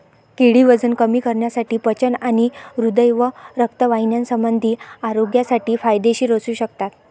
केळी वजन कमी करण्यासाठी, पचन आणि हृदय व रक्तवाहिन्यासंबंधी आरोग्यासाठी फायदेशीर असू शकतात